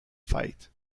fight